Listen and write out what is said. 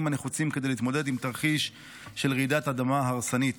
הנחוצים כדי להתמודד עם תרחיש של רעידת אדמה הרסנית.